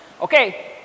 Okay